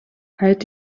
halt